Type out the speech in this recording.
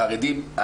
החרדים,